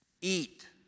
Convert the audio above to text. eat